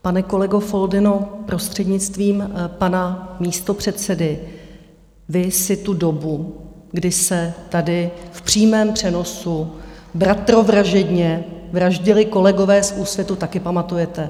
Pane kolego Foldyno, prostřednictvím pana místopředsedy, vy si tu dobu, kdy se tady v přímém přenosu bratrovražedně vraždili kolegové z Úsvitu, taky pamatujete.